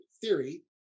theory